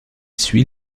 suit